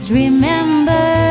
remember